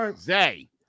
Zay